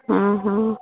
हँ हँ